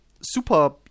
super